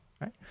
right